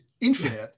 infinite